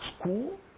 school